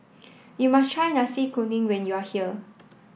you must try Nasi Kuning when you are here